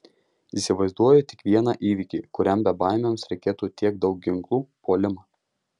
įsivaizduoju tik vieną įvykį kuriam bebaimiams reikėtų tiek daug ginklų puolimą